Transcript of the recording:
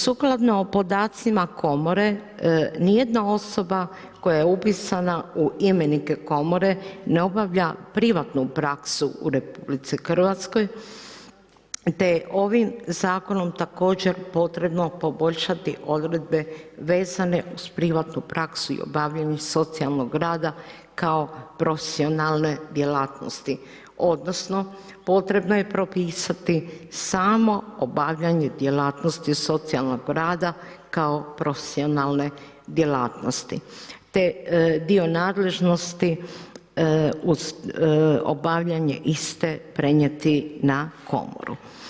Sukladno podacima komore, nijedna osoba koja je upisana u imenik komore ne obavlja privatnu praksu u RH te je ovim zakonom također potrebno poboljšati odredbe vezane uz privatnu praksu i obavljanje socijalnog rada kao profesionalne djelatnosti odnosno potrebno je propisati samo obavljanje djelatnosti socijalnog rada kao profesionalne djelatnosti te dio nadležnosti obavljanje iste prenijeti na komoru.